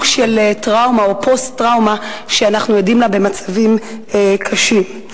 של טראומה או פוסט-טראומה שאנחנו עדים לה במצבים קשים.